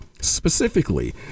Specifically